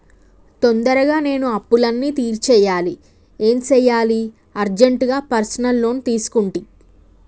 తొందరగా నేను అప్పులన్నీ తీర్చేయాలి ఏం సెయ్యాలి అర్జెంటుగా పర్సనల్ లోన్ తీసుకుంటి